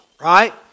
right